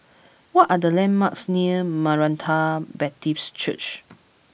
what are the landmarks near Maranatha Baptist Church